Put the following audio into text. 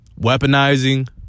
Weaponizing